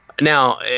now